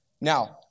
Now